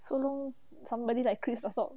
so no somebody like chris will stop